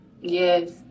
yes